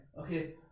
Okay